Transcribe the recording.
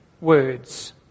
words